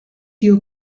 your